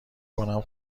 کنم